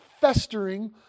festering